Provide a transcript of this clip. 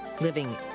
Living